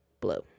Blue